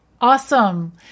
awesome